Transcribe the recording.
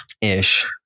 Ish